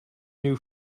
new